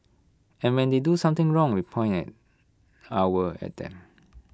and when they do something wrong we point our at them